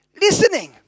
listening